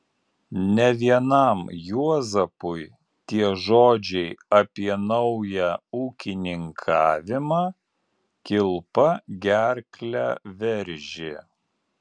ne vienam juozapui tie žodžiai apie naują ūkininkavimą kilpa gerklę veržė